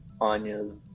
Anya's